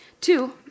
Two